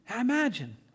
Imagine